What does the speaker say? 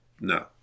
No